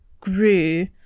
grew